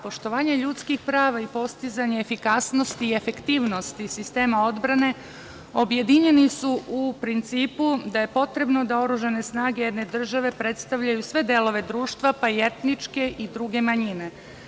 Poštovanje ljudskih prava i postizanje efikasnosti i efektivnosti sistema odbrane objedinjeni su u principu da je potrebno da oružane snage jedne države predstavljaju sve delove društva, pa i etničke i druge manjine.